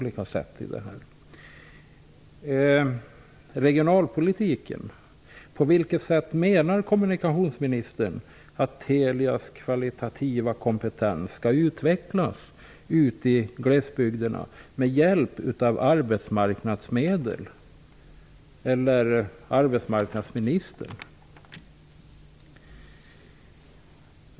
När det gäller regionalpolitiken vill jag fråga på vilket sätt kommunikationsministern menar att Telias kvalitativa kompetens skall utvecklas ute i glesbygderna, med hjälp av arbetsmarknadsmedel eller arbetsmarknadsministern.